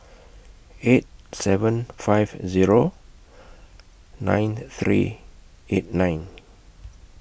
eight seven five Zero nine three eight nine